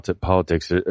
politics